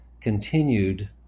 continued